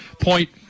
point